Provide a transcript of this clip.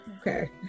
Okay